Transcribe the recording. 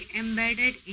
embedded